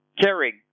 caring